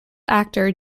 actor